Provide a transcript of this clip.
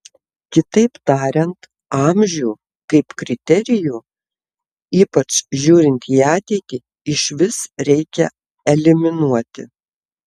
kitaip tariant amžių kaip kriterijų ypač žiūrint į ateitį išvis reikia eliminuoti